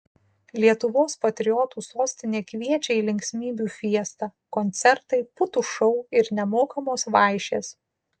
lietuvos patriotų sostinė kviečia į linksmybių fiestą koncertai putų šou ir nemokamos vaišės